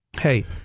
Hey